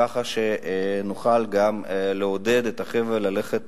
כך שנוכל לעודד את החבר'ה ללכת